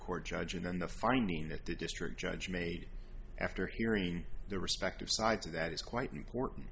court judge and then the finding that the district judge made after hearing the respective sides of that is quite important